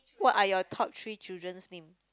what are your top three children's name